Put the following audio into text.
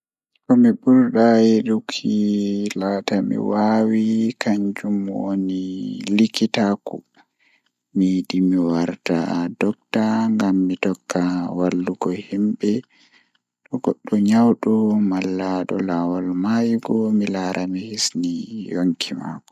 Ko mi bura yiduki laata mi waawi kanjum woni likitaaku mi yidi mi warta dokta ngam mi tokka wallugo himbe to goddo nyawdo malla don laawol mayugo mi laara mi hisni yonki maako.